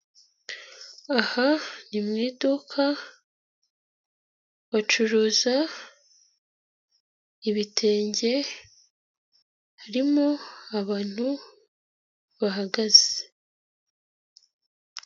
Aha ni mu iduka, bacuruza, ibitenge, harimo abantu, bahagaze.